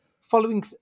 Following